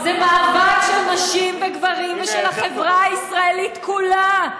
זה מאבק של נשים וגברים ושל החברה הישראלית כולה,